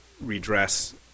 redress